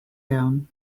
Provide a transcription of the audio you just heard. gown